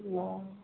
हूँ